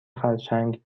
خرچنگ